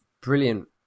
brilliant